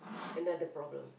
another problem